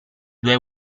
due